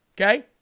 Okay